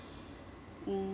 mm